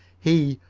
he,